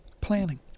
planning